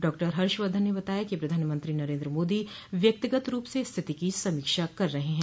doctor Harshvardhan ने बताया कि प्रधानमंत्री नरेन्द्र मोदी व्यक्तिगत रूप से स्थिति की समीक्षा कर रहे हैं